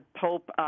Pope